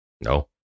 No